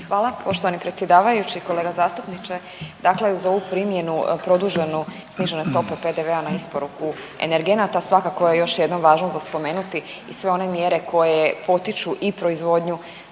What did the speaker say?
Hvala poštovani predsjedavajući. Kolega zastupniče dakle za ovu primjenu produženu snižena je stopa PDV-a na isporuku energenata. Svakako je još jednom važno za spomenuti i sve one mjere koje potiču i proizvodnju